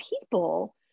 people